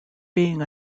being